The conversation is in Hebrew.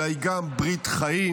אלא היא גם ברית חיים.